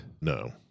No